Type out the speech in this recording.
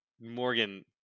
Morgan